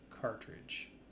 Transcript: cartridge